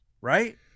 right